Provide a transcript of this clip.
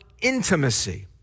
intimacy